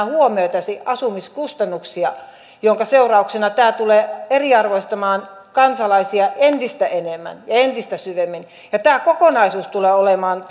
huomioitaisi asumiskustannuksia tämä tulee eriarvoistamaan kansalaisia entistä enemmän ja entistä syvemmin tämä kokonaisuus tulee olemaan